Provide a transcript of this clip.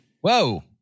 Whoa